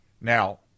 Now